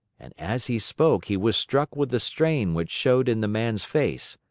and as he spoke he was struck with the strain which showed in the man's face.